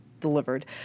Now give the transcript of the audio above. delivered